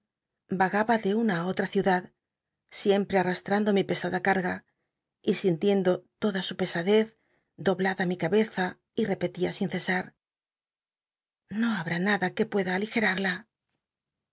nba de una í otra ciudad siempre armi pc ada carga y in tiendo toda sll pesadez doblaba mi cabeza y repetia sin cesar no habra nada que pueda aligerarla